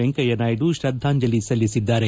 ವೆಂಕಯ್ಣನಾಯ್ಡು ಶ್ರದ್ದಾಂಜಲಿ ಸಲ್ಲಿಸಿದ್ದಾರೆ